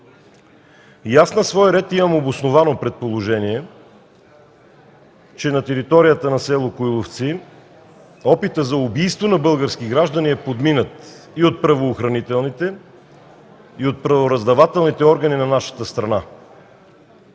И аз на свой ред имам обосновано предположение – че на територията на село Коиловци опитът за убийство на български граждани е подминат от правоохранителните, и от правораздавателните органи на нашата страна.